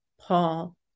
Paul